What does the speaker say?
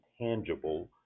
tangible